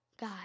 guy